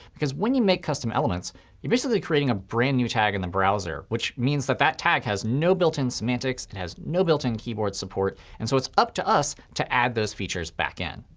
because when you make custom elements you're basically creating a brand new tag in the browser, which means that that tag has no built-in semantics, it has no built-in keyboard support. and so it's up to us to add those features back in.